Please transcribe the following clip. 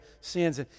sins